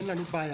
אין לנו בעיה.